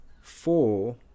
Four